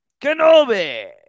Kenobi